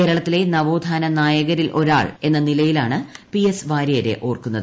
കേരളത്തിലെ നവോത്ഥാന നായകരിൽ ഒരാൾ എന്ന നിലയിലാണ് പി എസ് വാരിയരെ ഓർക്കുന്നത്